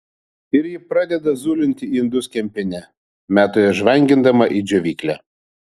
ir ji pradeda zulinti indus kempine meta juos žvangindama į džiovyklę